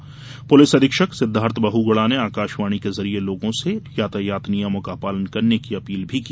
वहीं पुलिस अधीक्षक सिद्धार्थ बहुगुणा ने आकाशवाणी के जरिये लोगों से यातायात नियमों का पालन करने की अपील की